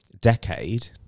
decade